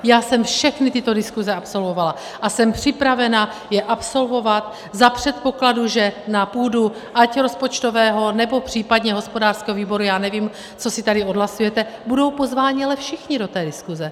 Já jsem všechny tyto diskuze absolvovala a jsem připravena je absolvovat za předpokladu, že na půdu ať rozpočtového, nebo případně hospodářského výboru, já nevím, co si tady odhlasujete, budou pozváni ale všichni do té diskuze.